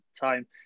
time